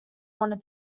wanted